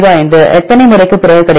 05எத்தனை முறைக்குப் பிறகு கிடைக்கும்